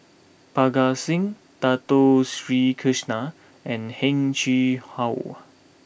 Parga Singh Dato Sri Krishna and Heng Chee How